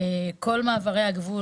כל מעברי הגבול,